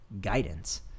guidance